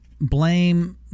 blame